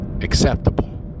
acceptable